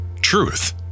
Truth